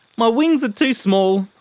my wings are too small,